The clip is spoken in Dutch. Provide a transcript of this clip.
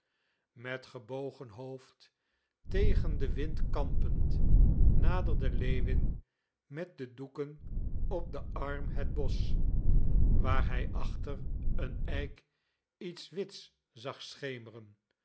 met gebogen hoofd tegen den wind kampend naderde lewin met de doeken op den arm het bosch waar hij achter een eik iets wits zag schemeren